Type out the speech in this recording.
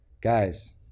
guys